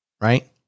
right